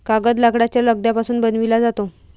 कागद लाकडाच्या लगद्यापासून बनविला जातो